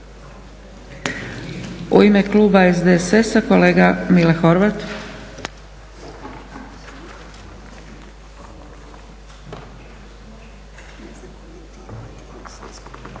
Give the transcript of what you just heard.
U ime kluba SDSS-a kolega Mile Horvat.